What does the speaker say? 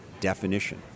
definition